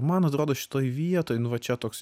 man atrodo šitoj vietoj nu va čia toks